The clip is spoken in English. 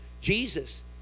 Jesus